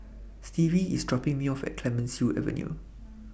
Stevie IS dropping Me off At Clemenceau Avenue